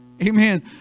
Amen